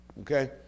Okay